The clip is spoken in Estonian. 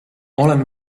olen